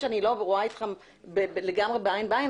יש אוכלוסיות